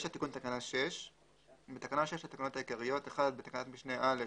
תיקון תקנה 6 9. בתקנה 6 לתקנות העיקריות (1) בתקנת משנה (א)